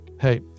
hey